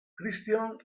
christian